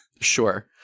Sure